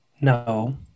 no